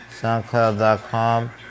soundcloud.com